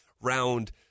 round